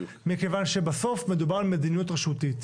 מכיוון שבסוף מדובר על מדיניות רשותית.